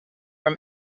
from